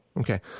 Okay